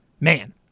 man